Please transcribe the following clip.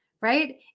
right